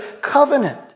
covenant